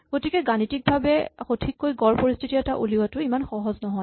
কিন্তু গাণিতিকভাৱে সঠিককৈ গড় পৰিস্হিতি এটা উলিওৱাটো ইমান সহজ নহয়